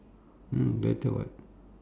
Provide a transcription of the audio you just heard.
mm better [what]